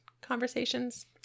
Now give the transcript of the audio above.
conversations